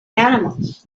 animals